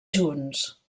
junts